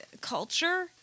culture